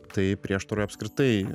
tai prieštarauja apskritai